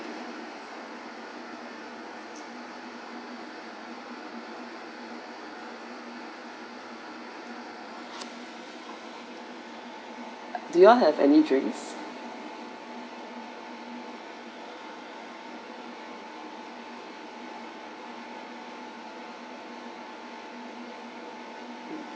do you all have any drinks